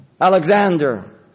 Alexander